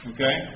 Okay